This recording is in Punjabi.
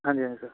ਹਾਂਜੀ ਹਾਂਜੀ ਸਰ